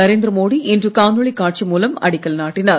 நரேந்திர மோடி இன்று காணொளி காட்சி மூலம் அடிக்கல் நாட்டினார்